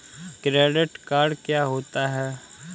Credit card क्या होता है?